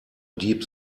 deep